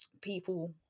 people